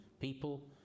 people